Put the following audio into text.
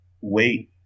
wait